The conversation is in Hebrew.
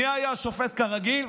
מי היה השופט, כרגיל?